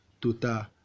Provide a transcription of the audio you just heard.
total